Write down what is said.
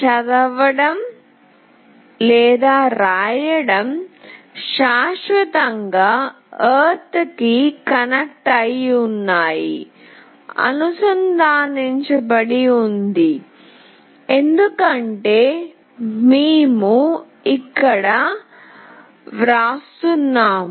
చదవడం వ్రాయడం శాశ్వతంగా ఎర్త్పైప్తో అనుసంధానించబడి ఉంది ఎందుకంటే మేము ఇక్కడ వ్రాస్తున్నాము